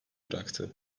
bıraktı